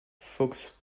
fox